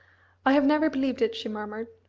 i have never believed it, she murmured,